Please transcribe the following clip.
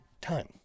time